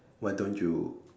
why don't you